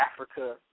Africa